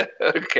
Okay